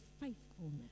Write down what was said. faithfulness